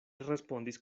respondis